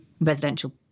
residential